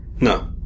No